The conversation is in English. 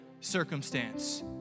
circumstance